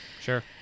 Sure